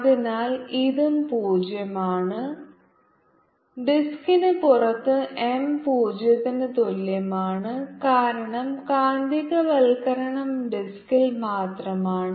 അതിനാൽ ഇതും പൂജ്യമാണ് ഡിസ്കിന് പുറത്ത് M പൂജ്യത്തിന് തുല്യമാണ് കാരണം കാന്തികവൽക്കരണം ഡിസ്കിൽ മാത്രമാണ്